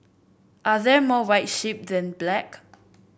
are there more white sheep than black